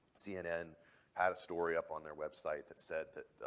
cnn had a story up on their website that said that,